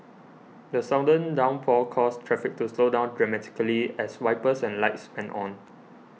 the sudden downpour caused traffic to slow down dramatically as wipers and lights went on